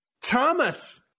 Thomas